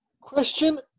Question